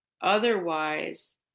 otherwise